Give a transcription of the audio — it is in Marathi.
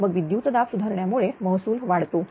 मग विद्युत दाब सुधारण्या मुळे महसूल वाढतो